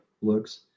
looks